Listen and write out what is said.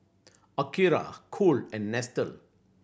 Akira Cool and Nestle